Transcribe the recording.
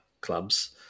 clubs